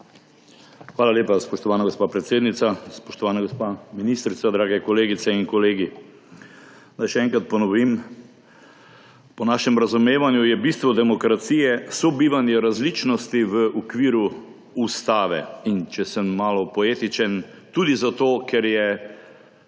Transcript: Hvala lepa, spoštovana gospa predsednica. Spoštovana gospa ministrica, drage kolegice in kolegi! Naj še enkrat ponovim. Po našem razumevanju je bistvo demokracije sobivanje različnosti v okviru ustave – in če sem malce poetičen – tudi zato, ker je